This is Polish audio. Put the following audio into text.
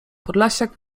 podlasiak